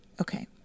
Okay